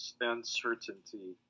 uncertainty